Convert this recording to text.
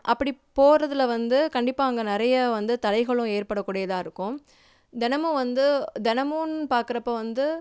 அப்படி போறதில் வந்து கண்டிப்பாக அங்கே நிறைய வந்து தடைகளும் ஏற்படக்கூடியதாக இருக்கும் தினமும் வந்து தினமுன்னு பார்க்குறப்ப வந்து